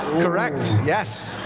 correct, yes.